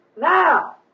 now